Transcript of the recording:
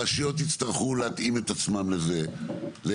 הרשויות יצטרכו להתאים את עצמן לזה,